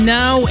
now